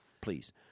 please